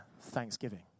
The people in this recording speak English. thanksgiving